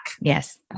Yes